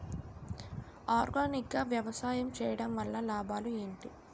Organic గా వ్యవసాయం చేయడం వల్ల లాభాలు ఏంటి?